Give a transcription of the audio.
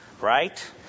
right